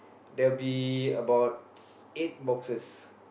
there will be about eight boxes